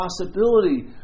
possibility